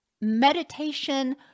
Meditation